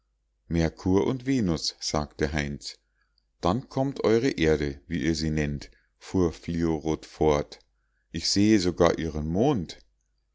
merkur und venus sagte heinz dann kommt euere erde wie ihr sie nennt fuhr fliorot fort ich sehe sogar ihren mond